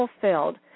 fulfilled